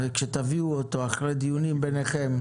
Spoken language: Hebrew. כשתביאו אותו אחרי דיונים ביניכם,